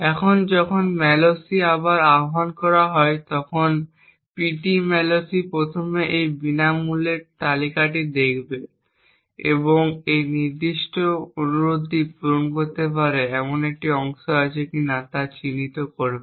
এখন যখন malloc আবার আহ্বান করা হয় তখন pt malloc প্রথমে এই বিনামূল্যের তালিকাটি দেখবে এবং এই নির্দিষ্ট অনুরোধটি পূরণ করতে পারে এমন একটি অংশ আছে কিনা তা চিহ্নিত করবে